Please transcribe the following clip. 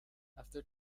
after